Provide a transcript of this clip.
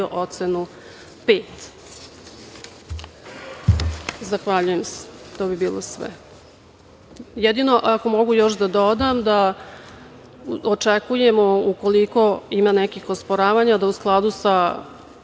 ocenu pet. Zahvaljujem. To bi bilo sve. Ako mogu još da dodam da očekujemo, ukoliko ima nekih osporavanja, da u skladu sa